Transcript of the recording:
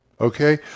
okay